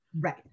right